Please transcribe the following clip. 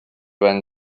when